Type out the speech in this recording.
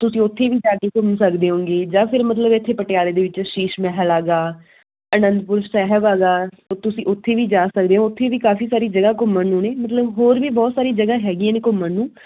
ਤੁਸੀਂ ਉੱਥੇ ਵੀ ਜਾ ਕੇ ਘੁੰਮ ਸਕਦੇ ਓਂਗੇ ਜਾਂ ਫਿਰ ਮਤਲਬ ਇੱਥੇ ਪਟਿਆਲੇ ਦੇ ਵਿੱਚ ਸ਼ੀਸ਼ ਮਹਿਲ ਹੈਗਾ ਅਨੰਦਪੁਰ ਸਾਹਿਬ ਹੈਗਾ ਤੁਸੀਂ ਉੱਥੇ ਵੀ ਜਾ ਸਕਦੇ ਹੋ ਉੱਥੇ ਵੀ ਕਾਫੀ ਸਾਰੀ ਜਗ੍ਹਾ ਘੁੰਮਣ ਨੂੰ ਨੇ ਮਤਲਬ ਹੋਰ ਵੀ ਬਹੁਤ ਸਾਰੀ ਜਗ੍ਹਾ ਹੈਗੀਆਂ ਨੇ ਘੁੰਮਣ ਨੂੰ